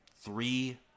three